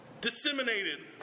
disseminated